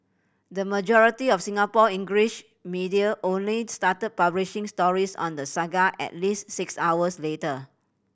the majority of Singapore English media only started publishing stories on the saga at least six hours later